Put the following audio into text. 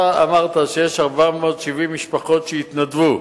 אתה אמרת שיש 470 משפחות שהתנדבו.